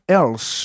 else